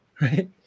right